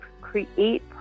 create